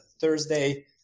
Thursday